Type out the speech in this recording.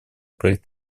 проект